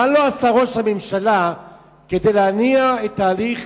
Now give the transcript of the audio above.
מה לא עשה ראש הממשלה כדי להניע את התהליך